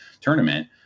tournament